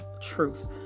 truth